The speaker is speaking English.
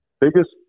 biggest